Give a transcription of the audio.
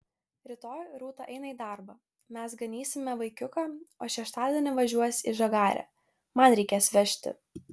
rytoj rūta eina į darbą mes ganysime vaikiuką o šeštadienį važiuos į žagarę man reikės vežti